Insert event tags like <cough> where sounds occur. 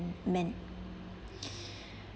men <breath>